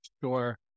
Sure